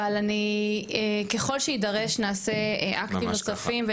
אבל ככל שיידרש נעשה אקטים נוספים,